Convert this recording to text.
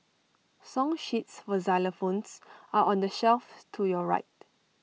song sheets for xylophones are on the shelf to your right